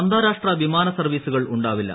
അന്താരാഷ്ട്ര വിമാന സർവീസുകൾ ഉണ്ടാവില്ല